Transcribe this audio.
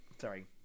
sorry